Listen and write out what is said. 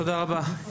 תודה רבה.